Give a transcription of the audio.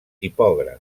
tipògraf